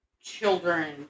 children